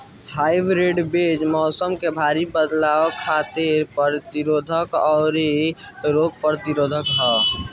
hybrid बीज मौसम में भारी बदलाव खातिर प्रतिरोधी आउर रोग प्रतिरोधी ह